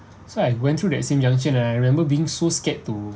so I went through that same junction I remember being so scared to